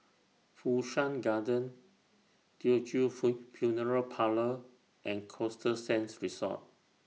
Fu Shan Garden Teochew Funeral Parlour and Costa Sands Resort